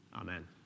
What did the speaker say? Amen